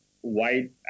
white